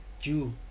Jew